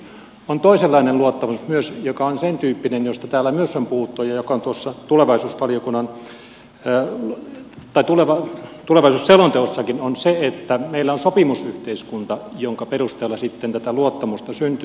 on toisenlainen luottamus myös joka on sentyyppinen josta täällä myös on puhuttu ja joka on tuossa tulevaisuusselonteossakin että meillä on sopimusyhteiskunta jonka perusteella sitten tätä luottamusta syntyy